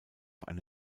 eine